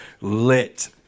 lit